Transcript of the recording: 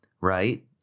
right